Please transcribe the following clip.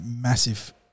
massive